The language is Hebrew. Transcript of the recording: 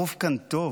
הרוב כאן טוב,